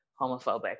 homophobic